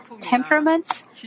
temperaments